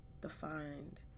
defined